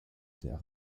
der